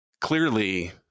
clearly